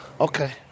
Okay